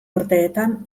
urteetan